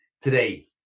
today